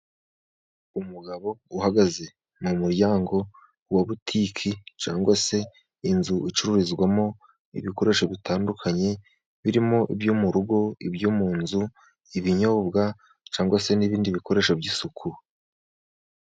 Umugabo uhagaze mu muryango wa butike cyangwa se inzu, icururizwamo ibikoresho bitandukanye birimo: ibyo mu rugo, ibyo mu nzu, ibinyobwa cyangwa se n'ibindi bikoresho by'isuku.